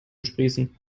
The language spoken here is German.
sprießen